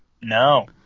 No